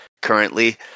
currently